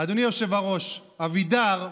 אדוני היושב-ראש, אבידר,